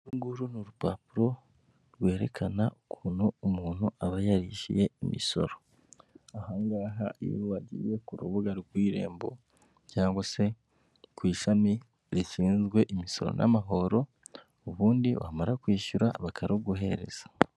Uru nguru ni urupapuro rwerekana ukuntu umuntu aba yarishyuye imisoro. Aha ngaha iyo wagiye ku rubuga rw'irembo cyangwa se ku ishami rishinzwe imisoro n'amahoro, ubundi wamara kwishyura bakaruguhereza.